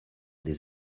des